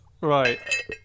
Right